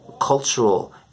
cultural